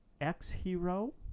X-Hero